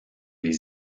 les